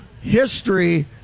history